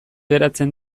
geratzen